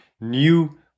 new